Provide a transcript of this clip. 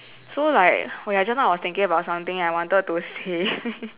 so like oh ya just now I was thinking about something that I wanted to say